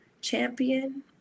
champion